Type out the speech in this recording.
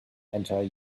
entire